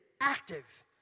active